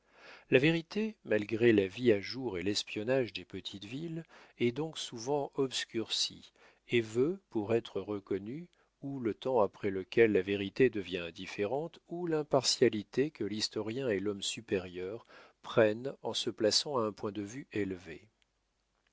la vérité malgré la vie à jour et l'espionnage des petites villes est donc souvent obscurcie et veut pour être reconnue ou le temps après lequel la vérité devient indifférente ou l'impartialité que l'historien et l'homme supérieur prennent en se plaçant à un point de vue élevé